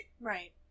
Right